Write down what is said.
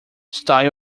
salad